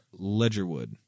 Ledgerwood